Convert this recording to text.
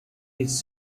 his